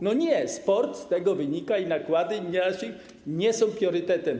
No nie, sport, z tego wynika, i nakłady nie są priorytetem.